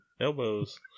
elbows